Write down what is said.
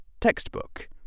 textbook